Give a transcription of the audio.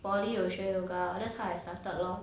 poly 有学 yoga that's how I started lor